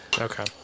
Okay